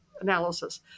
analysis